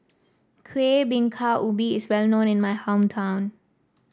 Kueh Bingka Ubi is well known in my hometown